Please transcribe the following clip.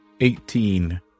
Eighteen